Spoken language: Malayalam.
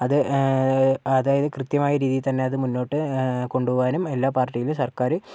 അത് അതായത് കൃത്യമായ രീതിയില് തന്നെ അത് മുന്നോട്ട് കൊണ്ട് പോകാനും എല്ലാ പാർട്ടിയിലും സർക്കാര്